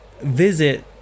visit